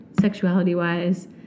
sexuality-wise